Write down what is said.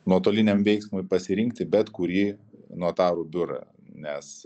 nuotoliniam veiksmui pasirinkti bet kurį notarų biurą nes